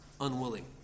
unwilling